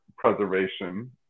preservation